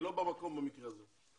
היא לא במקום במקרה הזה.